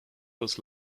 was